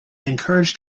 encouraged